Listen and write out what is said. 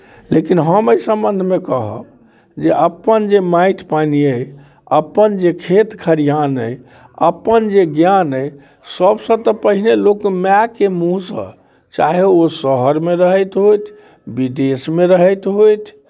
लेकिन हम एहि सम्बन्धमे कहब जे अपन जे माटि पानि अइ अपन जे खेत खड़िहान अइ अपन जे ज्ञान अइ सभसँ तऽ पहिने लोक मायके मूँहसँ चाहे ओ शहरमे रहैत होथि विदेशमे रहैत होथि